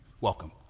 Welcome